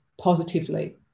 positively